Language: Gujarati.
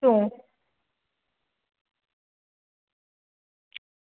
શું